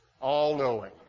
all-knowing